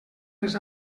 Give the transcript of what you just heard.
les